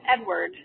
Edward